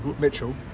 Mitchell